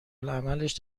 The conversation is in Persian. العملش